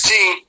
Team